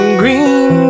green